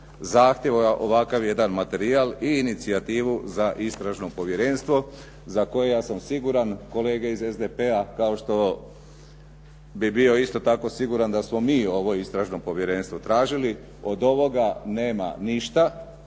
zahtjev, ovakav jedan materijal i inicijativu za Istražno povjerenstvo za koje ja sam siguran kolege iz SDP-a kao što bi bio isto tako siguran da smo mi ovo Istražno povjerenstvo tražili, od ovoga nema ništa,